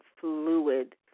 fluid